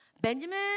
Benjamin